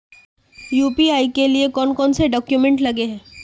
UPI के लिए कौन कौन से डॉक्यूमेंट लगे है?